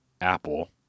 Apple